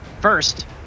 First